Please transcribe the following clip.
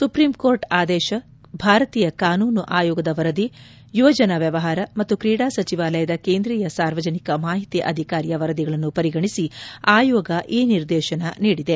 supreme court ಆದೇಶ ಭಾರತೀಯ ಕಾನೂನು ಆಯೋಗದ ವರದಿ ಯುವಜನ ವ್ಯವಹಾರ ಮತ್ತು ಕ್ರೀಡಾ ಸಚಿವಾಲಯದ ಕೇಂದ್ರೀಯ ಸಾರ್ವಜನಿಕ ಮಾಹಿತಿ ಅಧಿಕಾರಿಯ ವರದಿಗಳನ್ನು ಪರಿಗಣಿಸಿ ಆಯೋಗ ಈ ನಿರ್ದೇಶನ ನೀಡಿದೆ